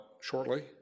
shortly